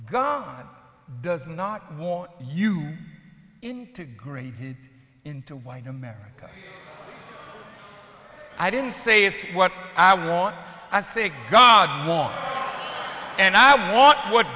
god does not want you to agree to white america i didn't say what i want i say god more and i want what